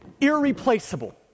irreplaceable